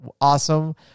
awesome